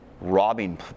robbing